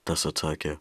tas atsakė